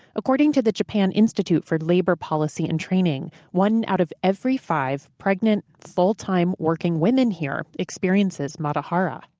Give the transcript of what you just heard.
according to the japan institute for labour policy and training, one out of every five pregnant, full-time working women here experiences matahara.